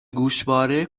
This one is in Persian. گوشواره